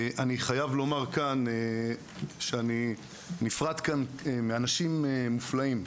אני חייב לומר כאן שאני נפרד כאן מאנשים מופלאים.